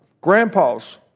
Grandpas